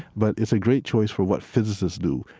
but it's a great choice for what physicists do.